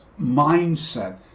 mindset